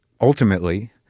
ultimately